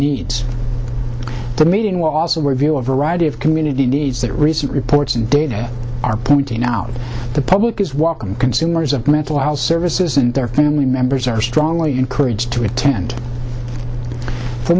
needs the meeting will also review a variety of community needs that recent reports and data are pointing out the public is walking consumers of mental health services and their family members are strongly encouraged to attend for